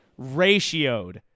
Ratioed